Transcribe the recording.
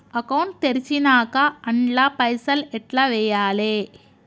Account తెరిచినాక అండ్ల పైసల్ ఎట్ల వేయాలే?